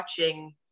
watching